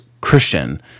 Christian